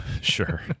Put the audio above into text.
Sure